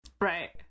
right